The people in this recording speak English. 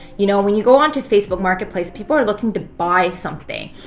you know. when you go into facebook marketplace, people are looking to buy something.